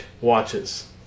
watches